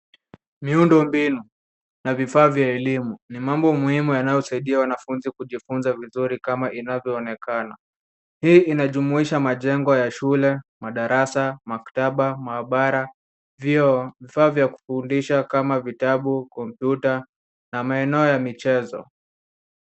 Miundombinu na vifaa vya elimu ni mambo muhimu yanayosaidia wanafunzi kujifunza vizuri kama inavyoonekana. Hii inajumuisha majengo ya shule, madarasa, maktaba, maabara, vyoo, vifaa vya kufundisha kama vitabu, kompyuta na maeneo ya michezo.